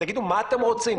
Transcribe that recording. מה אתם רוצים?